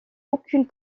aucune